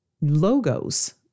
logos